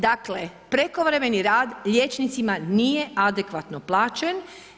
Dakle, prekovremeni rad liječnicima nije adekvatno plaćen.